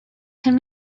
can